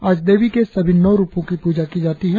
आज देवी के सभी नौ रुपों की पूजा की जाती है